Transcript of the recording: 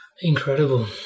Incredible